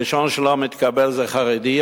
הראשון שלא מתקבל זה חרדי,